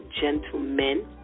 gentlemen